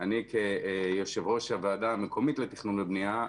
אני כיושב ראש הוועדה המקומית לתכנון ובנייה,